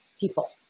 people